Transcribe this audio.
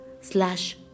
slash